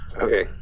Okay